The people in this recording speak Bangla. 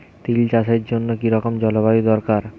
তিল চাষের জন্য কি রকম জলবায়ু দরকার?